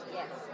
yes